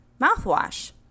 mouthwash